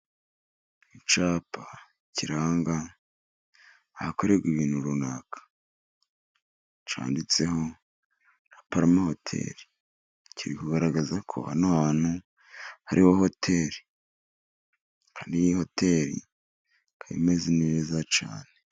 Icyapa kiranga ahakorerwa ibintu runaka, cyanditseho Raparume hoteri, kiri kugaragaza ko hantu hariho hoteri, hariho hoteri ikaba imeze neza cyane.